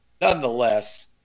nonetheless